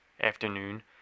afternoon